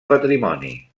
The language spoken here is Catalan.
patrimoni